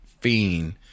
Fiend